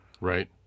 Right